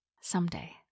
someday